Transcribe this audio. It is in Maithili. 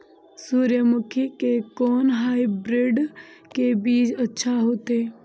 सूर्यमुखी के कोन हाइब्रिड के बीज अच्छा होते?